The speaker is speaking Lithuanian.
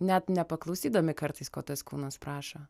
net nepaklausydami kartais ko tas kūnas prašo